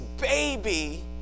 baby